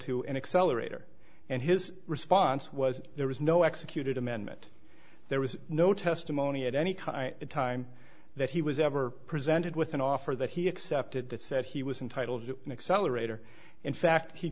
an accelerator and his response was there was no executed amendment there was no testimony at any time that he was ever presented with an offer that he accepted that said he was entitled to an accelerator in fact he